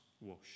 wash